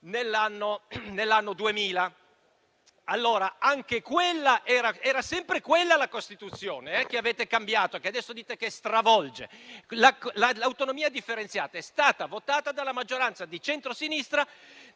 nell'anno 2000. Era sempre quella la Costituzione che avete cambiato e che adesso dite che verrebbe stravolta. L'autonomia differenziata è stata votata dalla maggioranza di centrosinistra